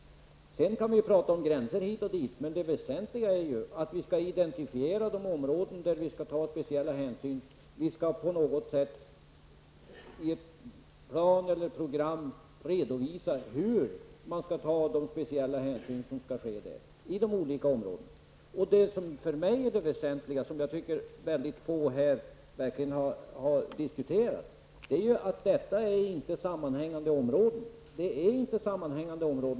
Man kan prata hit och dit om gränser, men det väsentliga är ju att vi skall identifiera de områden där vi skall ta speciell hänsyn. Vi skall på något sätt, i plan eller program, redovisa hur man skall ta dessa speciella hänsyn i de olika områdena. Det som för mig är det väsentliga, och som väldigt få här verkligen har diskuterat, är att dessa områden inte är sammanhängande.